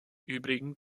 übrigen